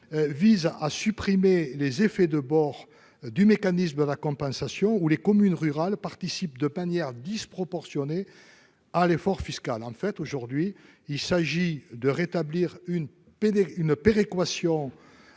vise à supprimer les effets de bord du mécanisme de compensation, où les communes rurales participent de manière disproportionnée à l'effort fiscal. Il s'agit donc de rétablir une péréquation